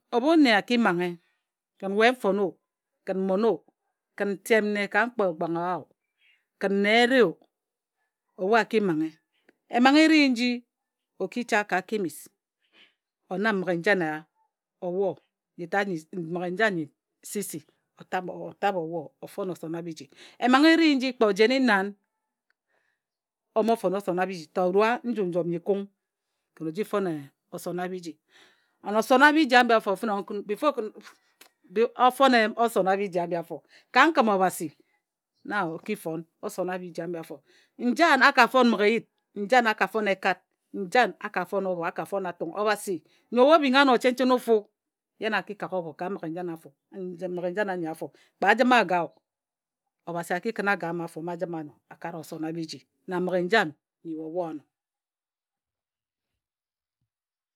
Ebu nne aki manghe kin ye nfone o, kin mmon o, kin ntem nne ka mkpe ekpanghe owa o, kin nne ereh o, ebu aki manghe. Amanghe eri nji oki cha ka chemist onam mmighe njan eya a owor, nji tad nyi mmighe njan nyi sisi otabe owor ofon osona biji. Amanghe eri nji kpe ojene nnan omo fon osona biji ta obak nju njon nyi kung ken oji fon osona biji and osona biji abi afor ken ofon osona biji abi afor ka nkam obhasi na weh oki fon osona bijiabi afor. Njan aka fon mmighe eyid, njan aka fon ekad, njan akafon obor aka fon atung. Obhasi ńyo weh obingha anor chen chen ofu ye na aki kak obo ka mmighe njan afor man mmighe njan anyi afor kpe ajima agae obhasi aki kun agae ama afor ma ajima anor akare osona biji na mmighe njan nyi owor ano.